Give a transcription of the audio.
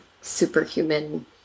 superhuman